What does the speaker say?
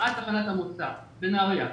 עד תחנת המוצא בנהריה.